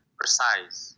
precise